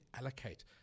allocate